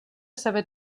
saber